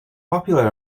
popular